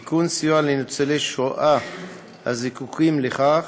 (תיקון, סיוע לניצולי שואה הזקוקים לכך),